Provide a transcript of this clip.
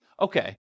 okay